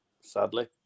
sadly